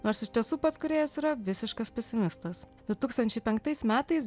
nors iš tiesų pats kūrėjas yra visiškas pesimistas du tūkstančiai penktais metais